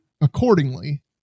accordingly